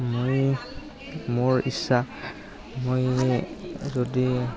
মই মোৰ ইচ্ছা মই যদি